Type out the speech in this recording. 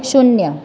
શૂન્ય